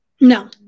No